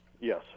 Yes